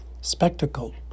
spectacle